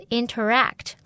interact